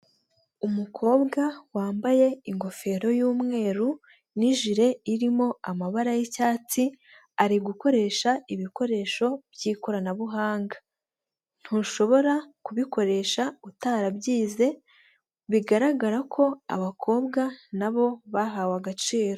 Umukobwa wambaye ingofero y'umweru n'ijire irimo amabara y'icyatsi ari gukoresha ibikoresho by'ikoranabuhanga, ntushobora kubikoresha utarabyize, bigaragara ko abakobwa na bo bahawe agaciro.